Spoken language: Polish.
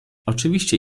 oczywiście